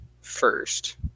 first